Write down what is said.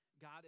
god